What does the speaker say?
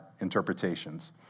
interpretations